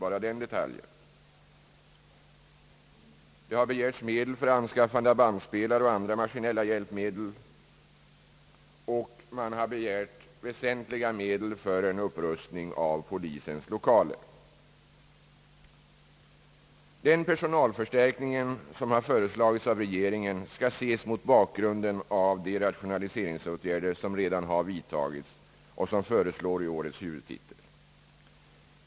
Det har vidare begärts medel för anskaffande av bandspelare och andra maskinella hjälpmedel, och man har begärt väsentliga anslag för en upprustning av polisens lokaler. Den personalförstärkning som har föreslagits av regeringen skall ses mot bakgrunden av de rationaliseringsåtgärder, som redan har vidtagits och som har föreslagits i årets huvudtitel.